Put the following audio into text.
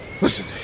Listen